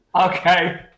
Okay